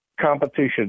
competition